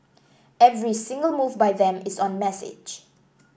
every single move by them is on message